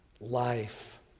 life